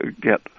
get